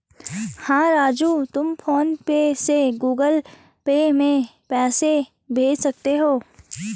हां राजू तुम फ़ोन पे से गुगल पे में पैसे भेज सकते हैं